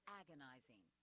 agonizing